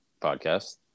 podcast